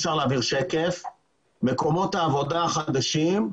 יש כאן הערכה לגבי מקומות העבודה החדשים.